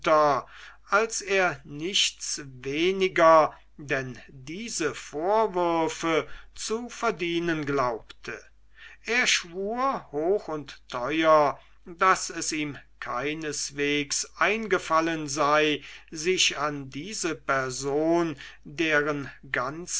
als er nichts weniger denn diese vorwürfe zu verdienen glaubte er schwur hoch und teuer daß es ihm keineswegs eingefallen sei sich an diese person deren